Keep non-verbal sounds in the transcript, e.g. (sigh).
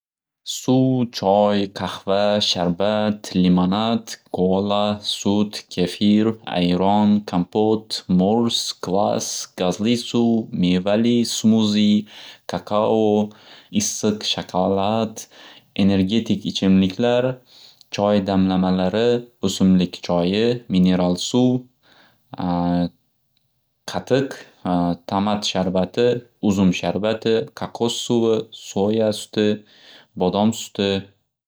Suv, choy, qahva, sharbat, limonad, kola, sut, kefir, ayron, kampot, mors, kvas, gazli suv, mevali smuzi, kakao, issiq shakalad, energetik ichimliklar, choy damlamalari, o'simlik choyi, mineral suv, (hesitation) qatiq, tamat sharbati, uzum sharbati, kakos suvi, so'ya suti, bodom suti.